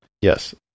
Yes